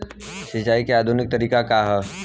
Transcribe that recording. सिंचाई क आधुनिक तरीका का ह?